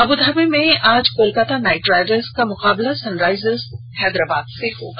Abu Dhabi में आज Kolkata Knight Riders का मुकाबला सनराइजर्स हैदराबाद से होगा